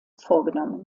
vorgenommen